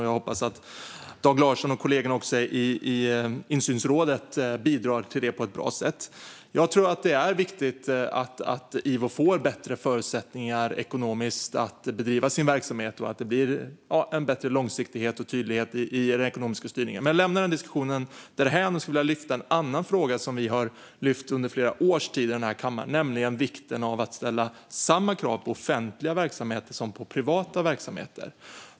Jag hoppas att Dag Larsson och kollegorna i insynsrådet bidrar till det på ett bra sätt. Jag tror att det är viktigt att IVO får bättre förutsättningar ekonomiskt att bedriva sin verksamhet och att det blir en bättre långsiktighet och tydlighet i den ekonomiska styrningen. Men jag lämnar den diskussionen därhän och vill ta upp en annan fråga, som vi har hanterat i den här kammaren under flera års tid, nämligen vikten av att ställa samma krav på offentliga verksamheter som på privata.